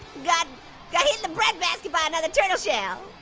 got got hit in the bread basket by another turtle shell.